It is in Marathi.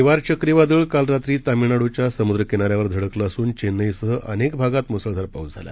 निवार चक्रीवादळ काल रात्री तामिळनाडूच्या समुद्र किनाऱ्यावर धडकलं असून चेन्नईसह अनेक भागात मुसळधार पाऊस झाला